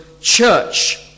church